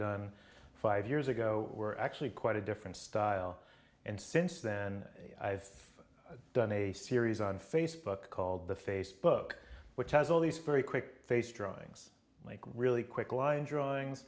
done five years ago were actually quite a different style and since then i've done a series on facebook called the facebook which has all these very quick face drawings like really quick line drawings